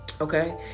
Okay